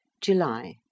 July